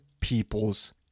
people's